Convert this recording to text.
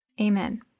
Amen